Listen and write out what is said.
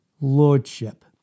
Lordship